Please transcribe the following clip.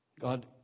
God